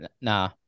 Nah